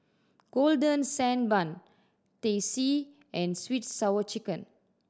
Golden Sand Bun Teh C and sweet sour chicken